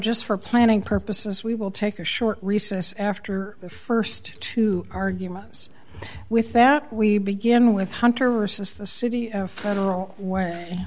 just for planning purposes we will take a short recess after the st two arguments with that we begin with hunter or says the city federal w